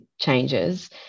changes